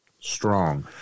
strong